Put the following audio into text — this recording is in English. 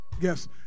Yes